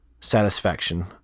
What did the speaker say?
satisfaction